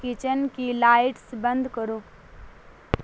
kitchen کی lights بند کرو